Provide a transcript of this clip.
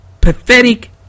pathetic